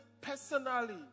personally